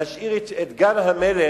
להשאיר את גן-המלך,